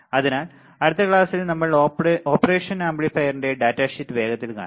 അതിനാൽ അടുത്ത ക്ലാസ്സിൽ നമ്മൾ ഓപ്പറേഷൻ ആംപ്ലിഫയറിന്റെ ഡാറ്റ ഷീറ്റ് വേഗത്തിൽ കാണും